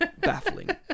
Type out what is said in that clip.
Baffling